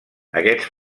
aquests